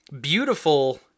Beautiful